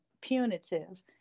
punitive